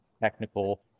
technical